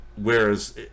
Whereas